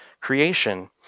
creation